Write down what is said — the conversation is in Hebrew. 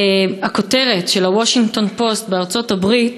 הכותרת של ה"וושינגטון פוסט" בארצות-הברית